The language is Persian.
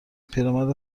پیرمرد